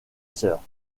sœurs